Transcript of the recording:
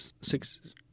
six